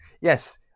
yes